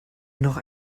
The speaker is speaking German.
noch